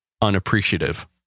unappreciative